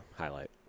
highlight